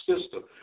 system